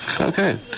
Okay